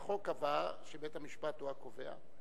והחוק קבע שבית-המשפט הוא הקובע.